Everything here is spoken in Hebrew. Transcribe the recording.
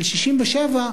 של 1967,